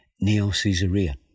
Neo-Caesarea